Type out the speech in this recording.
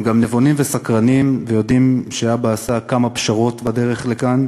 הם גם נבונים וסקרנים ויודעים שאבא עשה כמה פשרות בדרך לכאן,